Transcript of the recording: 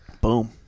Boom